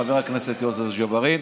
חבר הכנסת יוסף ג'בארין.